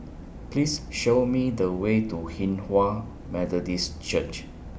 Please Show Me The Way to Hinghwa Methodist Church